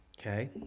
Okay